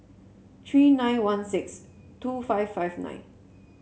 three nine one six two five five nine